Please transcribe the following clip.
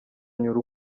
anyura